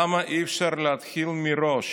למה אי-אפשר להתחיל מראש?